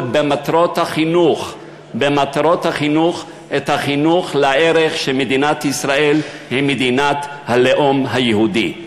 במטרות החינוך את החינוך לערך שמדינת ישראל היא מדינת הלאום היהודי.